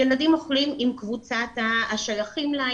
ילדים אוכלים עם קבוצת השייכים לה,